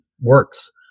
works